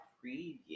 previous